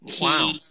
Wow